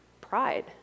pride